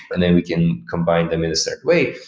and then we can combine them in a certain way.